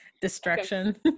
Destruction